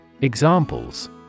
Examples